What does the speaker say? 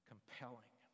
Compelling